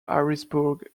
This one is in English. harrisburg